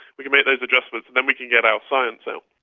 we can make those adjustments, then we can get our science out.